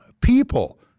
people